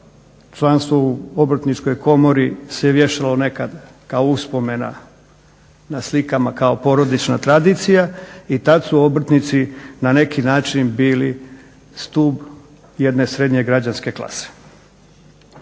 Članstvo u obrtničkoj komori se vješalo nekada kao uspomena na slikama kao porodična tradicija i tada su obrtnici na neki način bili stup jedne srednje građanske klase.